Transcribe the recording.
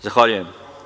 Zahvaljujem.